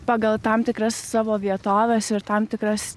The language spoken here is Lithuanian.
pagal tam tikras savo vietoves ir tam tikras